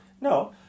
No